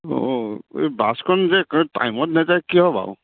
অঁ এই বাছখন যে টাইমত নাযায় কিয় বাৰু